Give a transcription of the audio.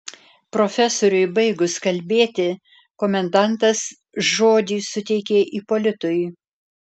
profesoriui baigus kalbėti komendantas žodį suteikė ipolitui